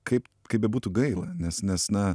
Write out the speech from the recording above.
kaip kaip bebūtų gaila nes nes na